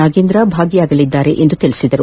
ನಾಗೇಂದ್ರ ಭಾಗಿಯಾಗಲಿದ್ದಾರೆ ಎಂದು ತಿಳಿಸಿದರು